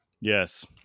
Yes